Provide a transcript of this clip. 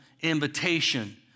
invitation